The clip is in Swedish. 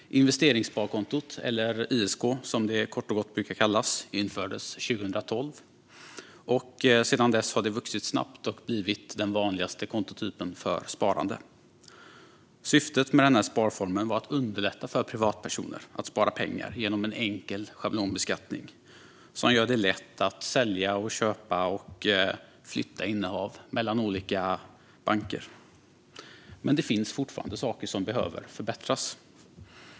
Investeringssparkontot, eller ISK som det kort och gott brukar kallas, infördes 2012. Sedan dess har det vuxit snabbt och blivit den vanligaste kontotypen för sparande. Syftet med denna sparform var att underlätta för privatpersoner att spara pengar genom att ha en enkel schablonbeskattning som gör det lätt att sälja och köpa och att flytta innehav mellan olika banker. Men det finns fortfarande saker som behöver förbättras.